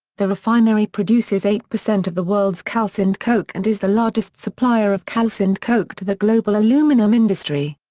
the refinery produces eight percent of the world's calcined coke and is the largest supplier of calcined coke to the global aluminum industry.